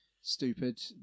stupid